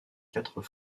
quatre